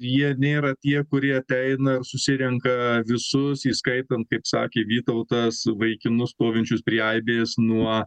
jie nėra tie kurie ateina ir susirenka visus įskaitant kaip sakė vytautas vaikinus stovinčius prie aibės nuo